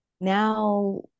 now